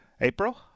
April